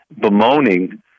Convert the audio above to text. bemoaning